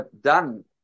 done